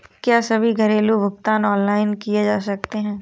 क्या सभी घरेलू भुगतान ऑनलाइन किए जा सकते हैं?